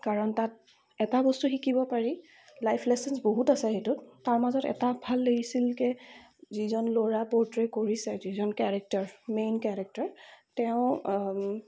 কাৰণ তাত এটা বস্তু শিকিব পাৰি লাইফ লেছনচ বহুত আছে সেইটোত তাৰ মাজত এটা ভাল লাগিছিল কি যিজন ল'ৰা প্ৰট্ৰে কৰিছে যিজন কেৰেক্টাৰ মেইন কেৰেক্টাৰ তেওঁ